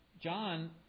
John